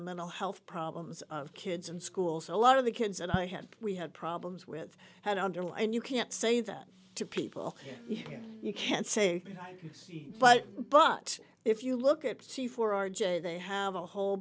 the mental health problems of kids in school so a lot of the kids that i had we had problems with had underly and you can't say that to people you can't say but but if you look at c four r j they have a whole